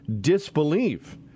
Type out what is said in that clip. disbelief